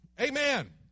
Amen